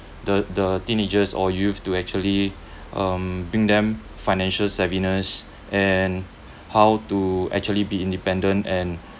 the the teenagers or youth to actually um bring them financial savviness and how to actually be independent and